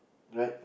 right